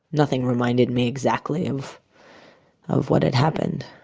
nothing reminded me exactly of of what had happened.